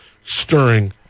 stirring